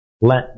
let